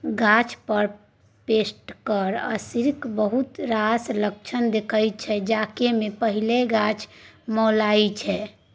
गाछ पर पेस्टक असरिक बहुत रास लक्षण देखाइ छै जाहि मे पहिल गाछक मौलाएब छै